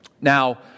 Now